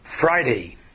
Friday